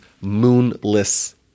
moonless